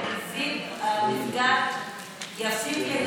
המסגד יפסיק,